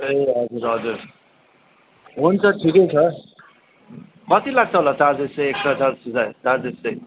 ए हजुर हजुर हुन्छ ठिकै छ कति लाग्छ होला चार्जेस चाहिँ एक्सट्रा चा चार्जेस चाहिँ